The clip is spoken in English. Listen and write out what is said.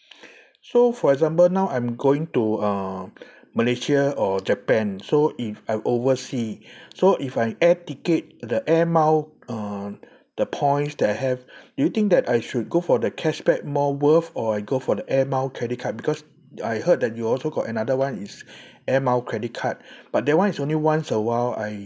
so for example now I'm going to uh malaysia or japan so if I'm oversea so if I air ticket the air mile uh the points that I have do you think that I should go for the cashback more worth or I go for the air mile credit card because I heard that you also got another one is air mile credit card but that [one] is only once a while I